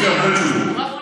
בדיוק אותו דבר.